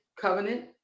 covenant